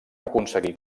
aconseguir